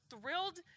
thrilled